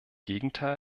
gegenteil